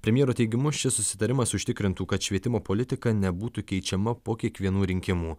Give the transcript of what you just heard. premjero teigimu šis susitarimas užtikrintų kad švietimo politika nebūtų keičiama po kiekvienų rinkimų